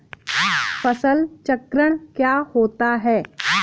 फसल चक्रण क्या होता है?